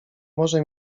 może